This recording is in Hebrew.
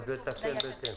אז לתקן בהתאם.